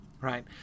right